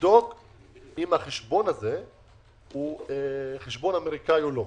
לבדוק אם החשבון הזה הוא חשבון אמריקאי או לא,